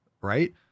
right